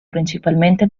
principalmente